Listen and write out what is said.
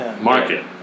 market